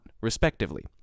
respectively